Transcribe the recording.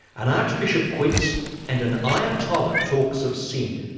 an archbishop quits and an ayatollah talks of sin.